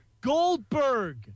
Goldberg